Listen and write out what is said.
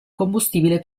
combustibile